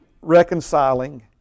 reconciling